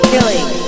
Killing